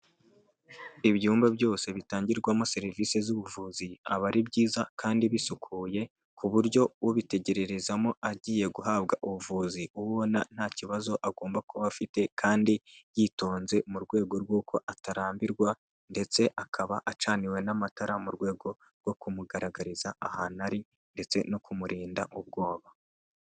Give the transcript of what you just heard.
Ibyumba byose bitangirwamo serivisi z'ubuvuzi, aba ari byiza kandi bisukuye ku buryo ubitegererezamo agiye guhabwa ubuvuzi, ubona nta kibazo agomba kuba afite, kandi yitonze mu rwego rw'uko atarambirwa ndetse akaba acaniwe n'amatara, mu rwego rwo kumugaragariza ahantu ari ndetse no kumurinda ubwoba.